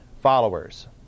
followers